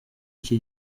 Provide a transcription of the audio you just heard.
iki